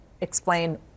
explain